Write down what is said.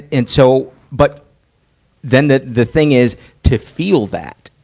and so, but then the, the thing is to feel that.